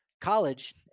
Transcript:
college